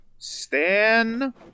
Stan